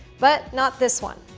but not this one.